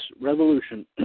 Revolution